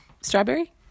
strawberry